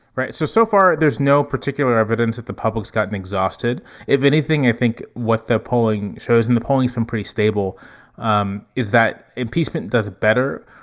right. so so far, there's no particular evidence that the public's gotten exhausted if anything, i think what the polling shows in the polling is from pretty stable um is that impeachment does better.